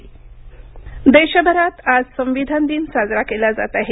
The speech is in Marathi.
संविधान दिन देशभरात आज संविधान दिन साजरा केला जात आहे